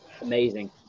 amazing